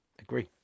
Agree